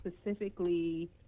specifically